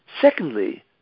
Secondly